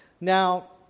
Now